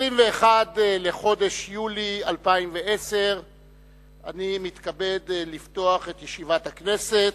21 לחודש יולי 2010. אני מתכבד לפתוח את ישיבת הכנסת,